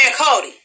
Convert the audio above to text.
Cody